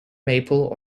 maple